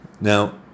Now